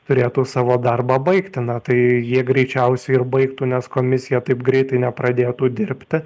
turėtų savo darbą baigti na tai jie greičiausiai ir baigtų nes komisija taip greitai nepradėtų dirbti